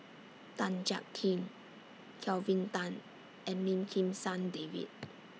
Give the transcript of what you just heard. Tan Jiak Kim Kelvin Tan and Lim Kim San David